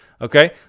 Okay